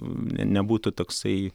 nebūtų toksai